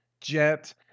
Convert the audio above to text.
jet